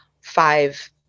five